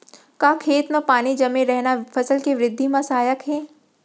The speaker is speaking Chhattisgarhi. का खेत म पानी जमे रहना फसल के वृद्धि म सहायक हे?